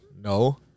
no